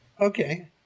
Okay